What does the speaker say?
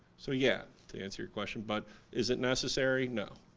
so yeah, to answer to question but is it necessary, no.